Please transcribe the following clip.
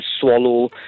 swallow